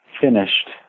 finished